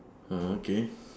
oh okay